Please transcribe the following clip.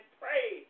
pray